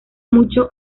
mucho